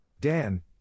Dan